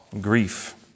grief